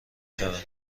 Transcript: شوند